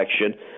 election